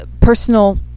personal